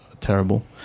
terrible